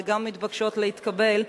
וגם מתבקשות להתקבל,